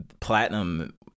platinum